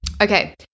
Okay